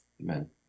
amen